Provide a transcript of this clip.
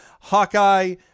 Hawkeye